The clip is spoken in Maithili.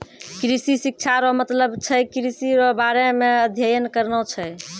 कृषि शिक्षा रो मतलब छै कृषि रो बारे मे अध्ययन करना छै